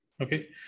Okay